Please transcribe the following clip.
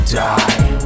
die